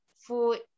food